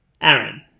Aaron